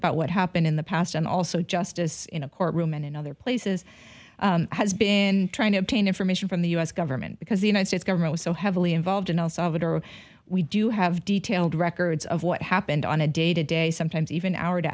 about what happened in the past and also justice in a courtroom and in other places has been trying to obtain information from the u s government because the united states government was so heavily involved in el salvador we do have detailed records of what happened on a day to day sometimes even hour to